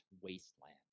wasteland